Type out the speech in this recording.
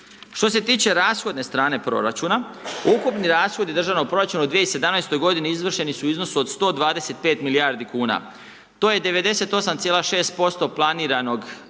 Što se tiče rashodne strane proračuna, ukupni rashodi državnog proračuna u 2017. godini izvršeni su u iznosu od 125 milijardi kuna. To je 98,6% planiranog